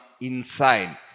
inside